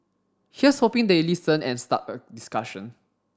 here's hoping they listen and start a discussion